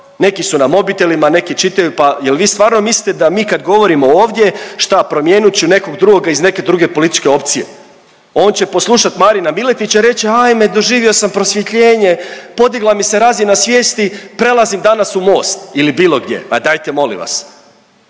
neki su na mobitelima, neki čitaju, pa jel vi stvarno mislite da mi kad govorimo ovdje, šta promijenit ću nekog drugoga iz neke druge političke opcije? On će poslušat Marina Miletića i reći će ajmo doživio sam prosvjetljenje, podigla mi se razina svijesti, prelazim danas u Most ili bilo gdje. Pa dajte molim vas.